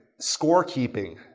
Scorekeeping